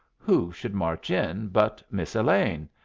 who should march in but miss elaine,